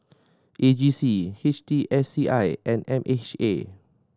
A G C H T S C I and M H A